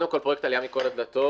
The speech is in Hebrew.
פרויקט "עלייה מכל הדלתות",